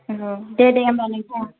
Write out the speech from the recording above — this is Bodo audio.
औ दे दे होनबा नोंथां